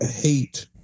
hate